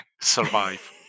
Survive